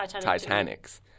Titanic's